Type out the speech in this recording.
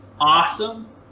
Awesome